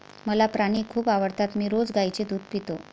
मला प्राणी खूप आवडतात मी रोज गाईचे दूध पितो